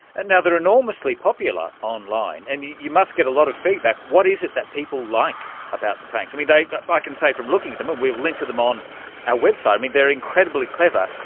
and now, they're enormously popular online and you you must get a lot of feedback. what is it that people like about the pranks? i mean, they, i but can say from looking at them and we'll link to them on our website i mean they're incredibly clever,